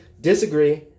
Disagree